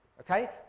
Okay